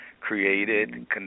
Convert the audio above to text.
created